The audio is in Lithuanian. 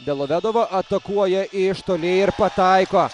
delovedova atakuoja iš toli ir pataiko